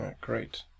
great